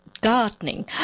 gardening